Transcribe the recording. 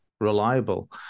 reliable